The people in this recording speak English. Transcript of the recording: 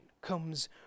comes